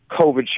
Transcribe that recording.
COVID